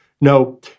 No